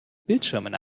bildschirmen